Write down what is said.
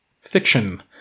Fiction